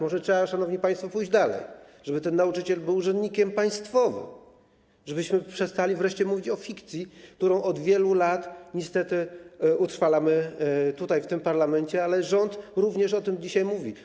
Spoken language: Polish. Może trzeba, szanowni państwo, pójść dalej, żeby ten nauczyciel był urzędnikiem państwowym, żebyśmy przestali wreszcie mówić o fikcji, którą od wielu lat niestety utrwalamy tutaj, w tym parlamencie, ale rząd również o tym dzisiaj mówi.